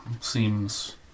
seems